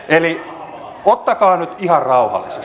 ottakaa nyt ihan rauhallisesti